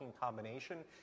combination